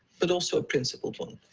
but also a principled one.